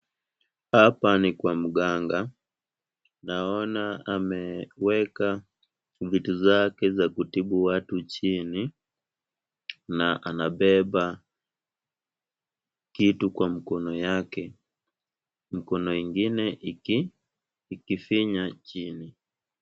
Hapa ni kwa mganga. Naona ameweka vitu zake za kutibu watu chini na anabeba kitu kwa mkono yake, mkono ingine ikifinya chini.